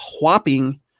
whopping